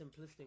simplistic